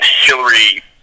Hillary